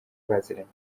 baziranye